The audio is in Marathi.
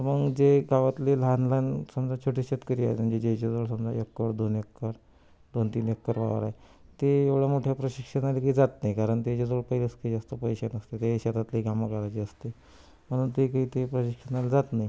तर मग जे गावातले लहानलहान समजा छोटे शेतकरी आहेत म्हणजे ज्याच्याजवळ समजा एक्कर दोन एक्कर दोन तीन एक्कर वावर आहे ते एवढ्या मोठ्या प्रशिक्षणाला काही जात नाही कारण त्याच्याजवळ पहिलेच काही जास्त पैसे नसते तर त्याच्या शेतात काही कामं करायची असते म्हणून ते काही ते प्रशिक्षणाला जात नाही